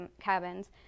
cabins